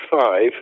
Five